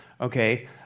okay